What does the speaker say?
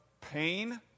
pain